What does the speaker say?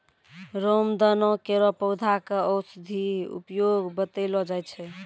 रामदाना केरो पौधा क औषधीय उपयोग बतैलो जाय छै